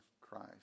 Christ